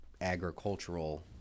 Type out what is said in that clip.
agricultural